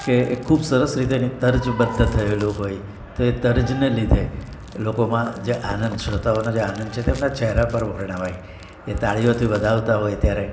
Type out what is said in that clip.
તે ખૂબ સરસ રીતે એની તર્જબદ્ધ થયેલું હોય તો એ તર્જને લીધે લોકોમાં જે આનંદ શ્રોતાઓનો જે આનંદ છે તે તેમના ચેહરા પર વર્ણવાય એ તાળીઓથી વધાવતા હોય ત્યારે